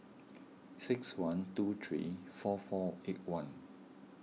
six one two three four four eight one